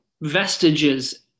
vestiges